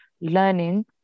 learning